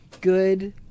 good